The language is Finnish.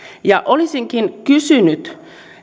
olisinkin kysynyt